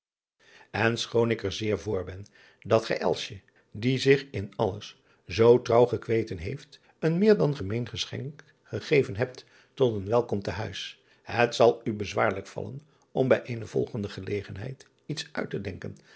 schoon ik er zeer voor ben dat gij die zich in alles zoo trouw gekweten heeft een meer dan gemeen geschenk gegeven hebt tot een welkom te huis het zal u bezwaarlijk vallen om bij eene volgende gelegenheid iets uit te denken